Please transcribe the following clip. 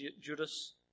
Judas